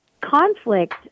conflict